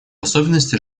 особенности